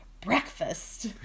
breakfast